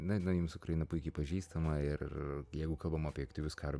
na na jums ukraina puikiai pažįstama ir jeigu kalbam apie aktyvius karo